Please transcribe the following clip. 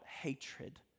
hatred